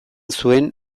zuen